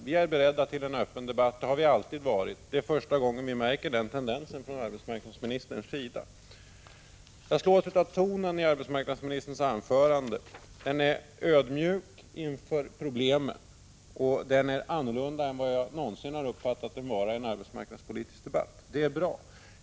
Vi är beredda till en öppen debatt — det har vi alltid varit — men detta är första gången vi märker den tendensen från arbetsmarknadsministerns sida. Jag slås av tonen i arbetsmarknadsministerns anförande. Den är ödmjuk inför problemen, och den är annorlunda än vad jag någonsin har uppfattat i en arbetsmarknadspolitisk debatt. Det är bra.